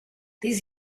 this